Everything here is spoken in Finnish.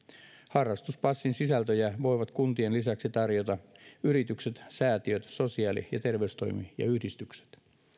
harrastuspassin sisältöjä voivat kuntien lisäksi tarjota yritykset säätiöt sosiaali ja terveystoimi ja yhdistykset